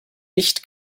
nicht